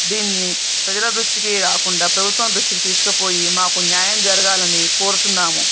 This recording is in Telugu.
దీన్ని ప్రజల దృష్టికే కాకుండా ప్రభుత్వం దృష్టికి తీసుకపోయి మాకు న్యాయం జరగాలని కోరుతున్నాము